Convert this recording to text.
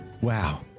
Wow